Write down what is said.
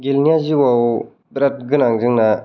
गेलेनाया जिउवाव बिराद गोनां जोंना